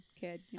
kid